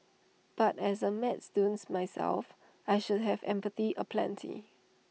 but as A maths dunce myself I should have empathy aplenty